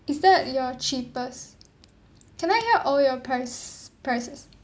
is that your cheapest can I have all your price prices